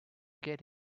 get